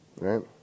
right